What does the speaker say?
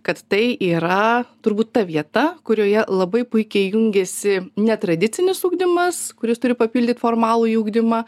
kad tai yra turbūt ta vieta kurioje labai puikiai jungiasi netradicinis ugdymas kuris turi papildyt formalųjį ugdymą